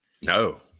No